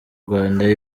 rwanda